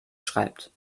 schreibt